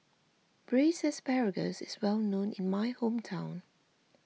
Braised Asparagus is well known in my hometown